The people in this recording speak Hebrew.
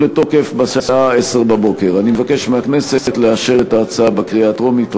לתוקף בשעה 10:00. אני מבקש מהכנסת לאשר את ההצעה בקריאה הטרומית.